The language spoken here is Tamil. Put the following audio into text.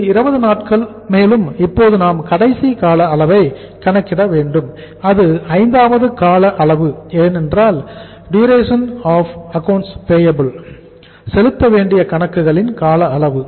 இது 20 நாட்கள் மேலும் இப்போது நாம் கடைசி கால அளவை கணக்கிட வேண்டும் அது ஐந்தாவது கால அளவு என்னவென்றால் டியூரேஷன் ஆஃப் அக்கவுண்ட்ஸ் பேயபிள் அதாவது செலுத்த வேண்டிய கணக்குகளின் கால அளவு